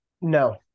No